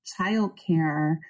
childcare